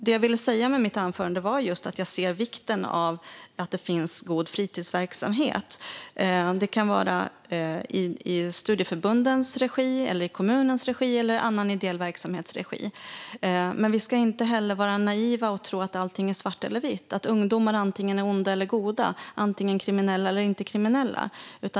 Det jag ville säga med mitt anförande var att jag ser vikten av att det finns god fritidsverksamhet. Det kan vara i studieförbundens regi, kommunens regi eller i annan ideell verksamhets regi. Vi ska inte heller vara naiva och tro att allting är svart eller vitt, att ungdomar antingen är onda eller goda, antingen kriminella eller inte kriminella.